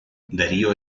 darío